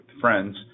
friends